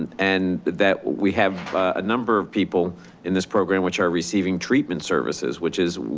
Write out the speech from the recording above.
and that we have a number of people in this program which are receiving treatment services, which is,